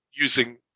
using